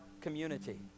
community